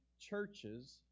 churches